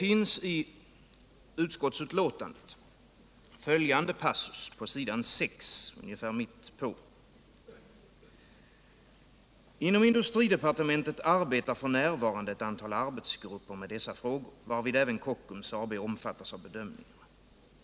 I utskottsbetänkandet, ungefär mitt på s. 6, finns följande passus: ”Inom industridepartementet arbetar f. n. ett antal arbetsgrupper med dessa frågor, varvid även Kockums AB omfattas av bedömningarna.